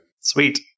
Sweet